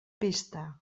pesta